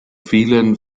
vielen